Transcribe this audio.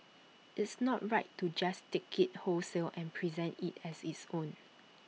it's not right to just take IT wholesale and present IT as its own